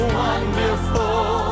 wonderful